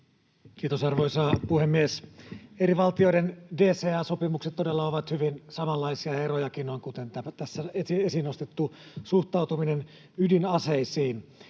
Kiitos, arvoisa puhemies! Eri valtioiden DCA-sopimukset todella ovat hyvin samanlaisia, ja erojakin on, kuten tässä esiin nostettu suhtautuminen ydinaseisiin.